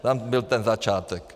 Tam byl ten začátek.